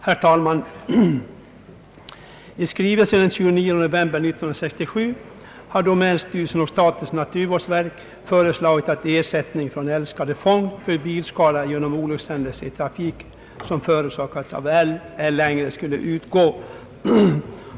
Herr talman! I skrivelse den 29 november 1967 har domänstyrelsen och statens naturvårdsverk föreslagit att ersättning från älgskadefond för bilskada genom olyckshändelse i trafiken som orsakats av älg ej längre skall utgå.